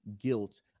guilt